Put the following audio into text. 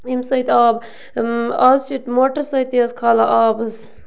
ییٚمہِ سۭتۍ آب آز چھِ موٹَر سۭتی حظ کھالان آب حظ